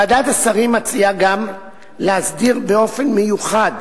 ועדת השרים מציעה גם להסדיר באופן מיוחד